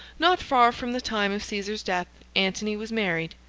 not far from the time of caesar's death, antony was married.